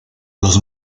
los